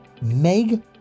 Meg